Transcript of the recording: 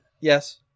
Yes